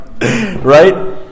Right